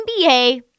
NBA